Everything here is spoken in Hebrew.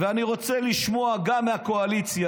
ואני רוצה לשמוע גם מהקואליציה,